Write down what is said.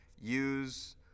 use